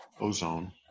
Ozone